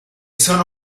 sono